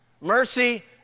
Mercy